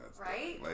Right